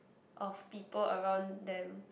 of people around them